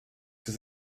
sie